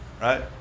right